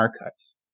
Archives